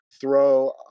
throw